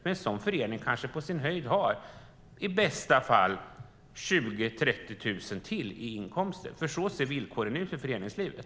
En sådan förening kanske har på sin höjd, i bästa fall, 20 000-30 000 kronor i inkomster. Så ser villkoren ut för föreningslivet.